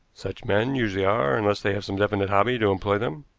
such men usually are, unless they have some definite hobby to employ them.